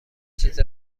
چیز